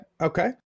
okay